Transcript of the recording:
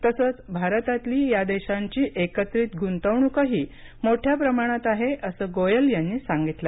तसंच भारतातली या देशांची एकत्रित गुंतवणूकही मोठ्या प्रमाणात आहे असं गोयल यांनी सांगितलं